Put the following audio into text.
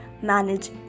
manage